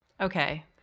Okay